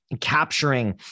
capturing